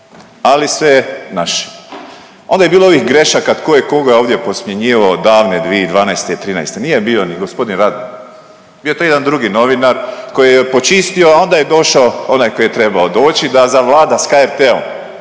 Ali sve je naše. Onda je bilo grešaka tko je koga ovdje posmjenjivao davne 2012. i trinaeste. Nije bio ni gospodin Radman. Bio je to jedan drugi novinar koji je počistio, a onda je došao onaj koji je trebao doći da zavlada sa